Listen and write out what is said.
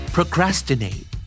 Procrastinate